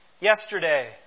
yesterday